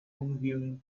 东京